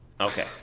Okay